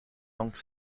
langue